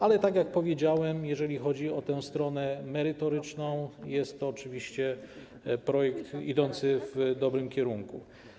Ale tak jak powiedziałem, jeżeli chodzi o stronę merytoryczną, jest to oczywiście projekt idący w dobrym kierunku.